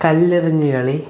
കല്ലെറിഞ്ഞ് കളി